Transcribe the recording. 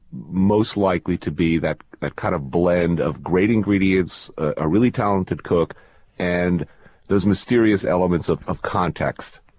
most likely to be that that kind of blend of great ingredients, a really talented cook and those mysterious elements of of context